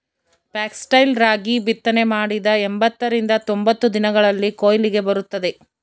foxtail ರಾಗಿ ಬಿತ್ತನೆ ಮಾಡಿದ ಎಂಬತ್ತರಿಂದ ತೊಂಬತ್ತು ದಿನಗಳಲ್ಲಿ ಕೊಯ್ಲಿಗೆ ಬರುತ್ತದೆ